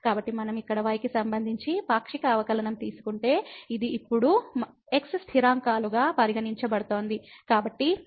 కాబట్టి మనం ఇక్కడ y కి సంబంధించి పాక్షిక అవకలనంతీసుకుంటే ఇది ఇప్పుడు x స్థిరాంకాలుగా పరిగణించబడుతుంది